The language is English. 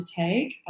take